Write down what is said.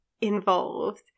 involved